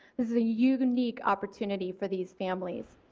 this is a unique opportunity for these families.